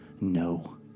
no